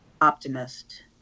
optimist